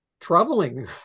troubling